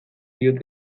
diote